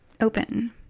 Open